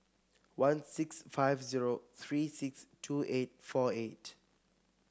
one six five zero three six two eight four eight